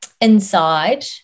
inside